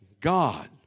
God